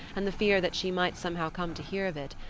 and the fear that she might somehow come to hear of it,